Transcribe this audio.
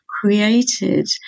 created